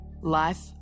Life